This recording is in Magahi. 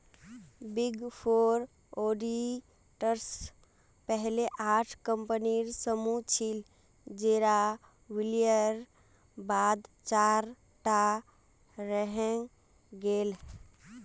बिग फॉर ऑडिटर्स पहले आठ कम्पनीर समूह छिल जेरा विलयर बाद चार टा रहेंग गेल